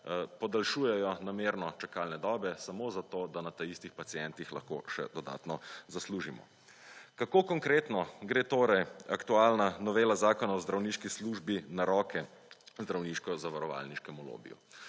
podaljšujejo namerno čakanle dobe samo zato, da na taistih pacientih lahko še dodatno zaslužimo. Kako konkretno gre torej aktualna novela zakona o zdravniški službi na roke zdravniško zavarovalniškem lobiju?